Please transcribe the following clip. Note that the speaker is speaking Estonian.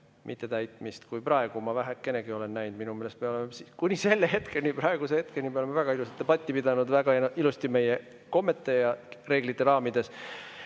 mittetäitmist, kui ma praegu vähekenegi olen näinud. Minu meelest me oleme kuni selle hetkeni, praeguse hetkeni, väga ilusat debatti pidanud, väga ilusti meie kommete ja reeglite raamides.